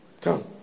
Come